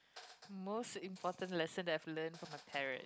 most important lesson that I've learn from my parent